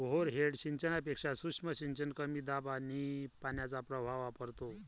overhead सिंचनापेक्षा सूक्ष्म सिंचन कमी दाब आणि पाण्याचा प्रवाह वापरतो